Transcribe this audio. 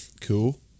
Cool